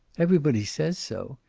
everybody says so.